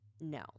No